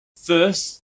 first